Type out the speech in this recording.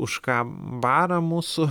už ką bara mūsų